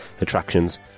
attractions